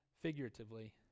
figuratively